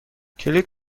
کلید